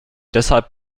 deshalb